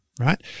Right